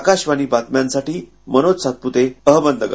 आकाशवाणी बातम्यांसाठी मनोज सातपुते अहमदनगर